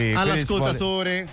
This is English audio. all'ascoltatore